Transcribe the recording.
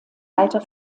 alter